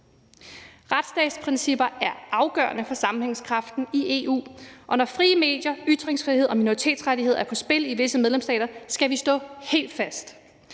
Retsstatsprincipper er afgørende for sammenhængskraften i EU, og når frie medier, ytringsfrihed og minoritetsrettigheder er på spil i visse medlemsstater, skal vi stå helt fast.